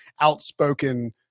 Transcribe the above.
outspoken